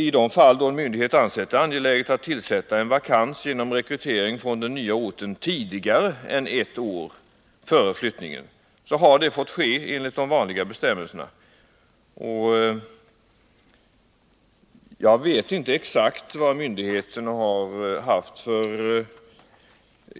I de fall då en myndighet ansett det angeläget att tillsätta en vakans genom rekrytering från den nya orten tidigare än ett år före flyttningen har detta fått ske enligt de vanliga bestämmelserna. Jag vet inte exakt hur myndigheterna har